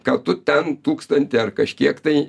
kad tu ten tūkstantį ar kažkiek tai